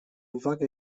uwagę